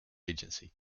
agency